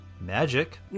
Magic